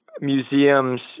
museums